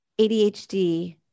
ADHD